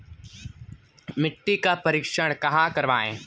मिट्टी का परीक्षण कहाँ करवाएँ?